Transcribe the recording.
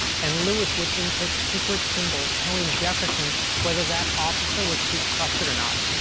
and lewis would input secret symbols, telling jefferson whether that officer was to be trusted or not.